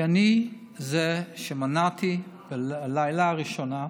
שאני זה שמנעתי בלילה הראשון,